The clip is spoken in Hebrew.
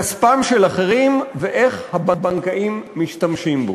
כספם של אחרים ואיך הבנקאים משתמשים בו.